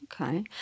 Okay